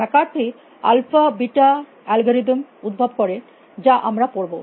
McCarthy alpha beta র algorithm উদ্ভব করেন যা আমরা পড়ব